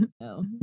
no